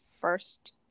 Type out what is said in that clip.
first